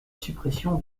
suppression